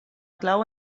clau